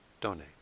donate